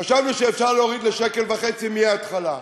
חשבנו שאפשר להוריד ל-1.5 שקל מההתחלה.